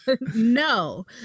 No